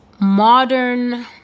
modern